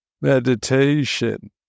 meditation